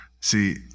See